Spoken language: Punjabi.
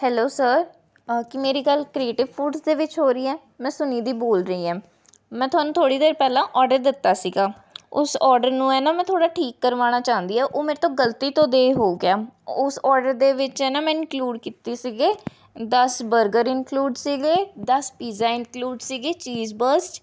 ਹੈਲੋ ਸਰ ਕੀ ਮੇਰੀ ਗੱਲ ਕਰੀਏਟਿਵ ਫੂਡਸ ਦੇ ਵਿੱਚ ਹੋ ਰਹੀ ਹੈ ਮੈਂ ਸੁਨਿਧੀ ਬੋਲ ਰਹੀ ਹਾਂ ਮੈਂ ਤੁਹਾਨੂੰ ਥੋੜ੍ਹੀ ਦੇਰ ਪਹਿਲਾਂ ਆਰਡਰ ਦਿੱਤਾ ਸੀਗਾ ਉਸ ਆਰਡਰ ਨੂੰ ਹੈ ਨਾ ਮੈਂ ਥੋੜ੍ਹਾ ਠੀਕ ਕਰਵਾਉਣਾ ਚਾਹੁੰਦੀ ਹਾਂ ਉਹ ਮੇਰੇ ਤੋਂ ਗਲਤੀ ਤੋਂ ਦੇ ਹੋ ਗਿਆ ਉਸ ਆਰਡਰ ਦੇ ਵਿੱਚ ਨਾ ਮੈਂ ਇੰਨਕਲਿਉਡ ਕੀਤੇ ਸੀਗੇ ਦਸ ਬਰਗਰ ਇੰਨਕਲੂਡ ਸੀਗੇ ਦਸ ਪੀਜ਼ਾ ਇੰਨਕਲੂਡ ਸੀਗੇ ਚੀਜ਼ ਬੱਸਟ